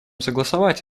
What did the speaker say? согласовать